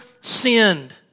sinned